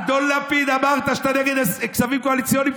אדון לפיד, אמרת שאתה נגד כספים קואליציוניים?